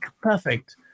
perfect